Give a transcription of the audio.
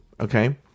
Okay